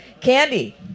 candy